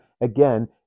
again